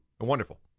wonderful